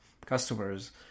customers